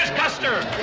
custer.